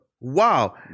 Wow